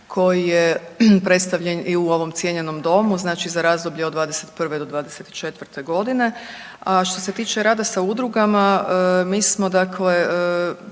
koji je predstavljen i u ovom cijenjenom Domu, znači za razdoblje od '21.-'24. g., a što se tiče rada sa udrugama, mi smo dakle